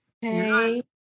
hey